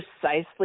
precisely